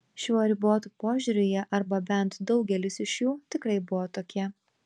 šiuo ribotu požiūriu jie arba bent daugelis iš jų tikrai buvo tokie